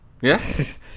Yes